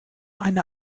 eine